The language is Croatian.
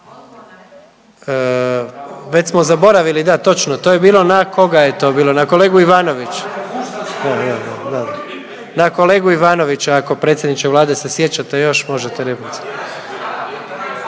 Već smo zaboravili da točno. To je bilo na koga je to bilo na kolegu Ivanovića. Na kolegu Ivanovića ako predsjedniče Vlade se sjećate još možete replicirati,